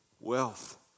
Wealth